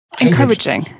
encouraging